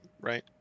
right